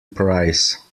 price